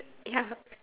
ya